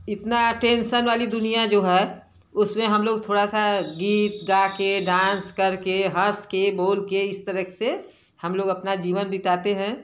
इतना टेंसन वाली दुनिया जो है उसमें हम लोग थोड़ा सा गीत गाकर डांस करके हँस के बोल के इस तरह से हम लोग अपना जीवन बिताते हैं